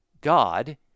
God